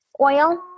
oil